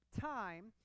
time